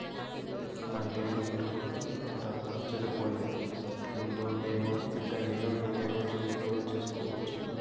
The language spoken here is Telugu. నా ఎండు మిరప పంట చెడిపోయే ముందు నేను గిడ్డంగి లో ఎన్ని రోజులు నిలువ సేసుకోవచ్చు?